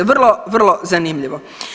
Vrlo, vrlo zanimljivo.